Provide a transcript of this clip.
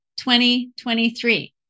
2023